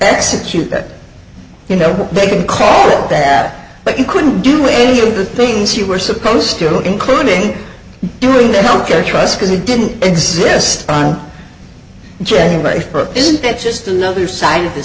execute that you know they can call that but you couldn't do any of the things you were supposed to including during the health care trust because it didn't exist on january first isn't that just another sign of the